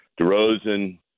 DeRozan